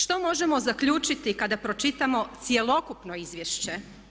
Što možemo zaključiti kada pročitamo cjelokupno izvješće?